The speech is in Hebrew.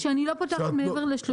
שאני לא פותחת מעבר ל-30.